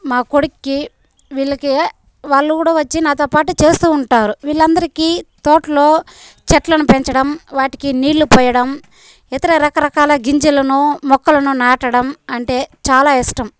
మా కొడుక్కి వీళ్ళకీ వాళ్ళు కూడా వచ్చి నాతో పాటు చేస్తూ ఉంటారు వీళ్ళందరికీ తోటలో చెట్లను పెంచడం వాటికి నీళ్ళు పోయడం ఇతర రకరకాల గింజలను మొక్కలను నాటడం అంటే చాలా ఇష్టం